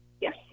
yes